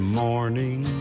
morning